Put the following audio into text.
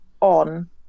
on